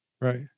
Right